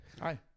Hi